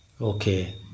Okay